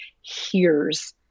hears